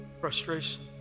frustration